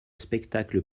spectacle